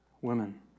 women